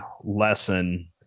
lesson